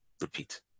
repeat